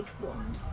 wand